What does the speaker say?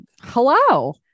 Hello